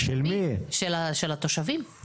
של התושבים.